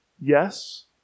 Yes